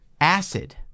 Acid